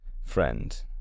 friend